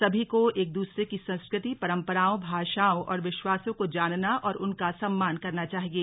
सभी को एक दूसरे की संस्कृति परम्पराओं भाषाओं और विश्वासों को जानना और उनका सम्मान करना चाहिये